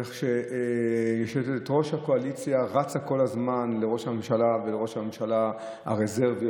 איך יושבת-ראש הקואליציה רצה כל הזמן לראש הממשלה ולראש הממשלה הרזרבי,